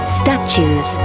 statues